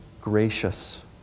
gracious